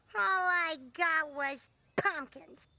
all i got was pumpkins.